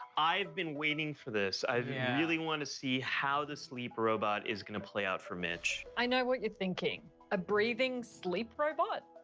i've been waiting for this. i yeah really wanna see how the sleep robot is gonna play out for mitch. i know what you're thinking a breathing sleep robot?